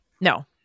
no